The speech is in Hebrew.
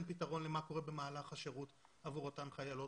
מענה למה קורה במהלך השירות עבור אותן חיילות.